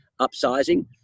upsizing